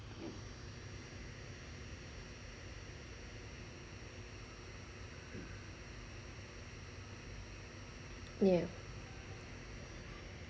ya